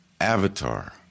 Avatar